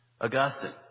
Augustine